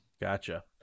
gotcha